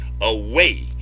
away